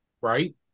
Right